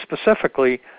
specifically